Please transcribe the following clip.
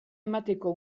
emateko